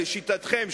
לשיטתכם,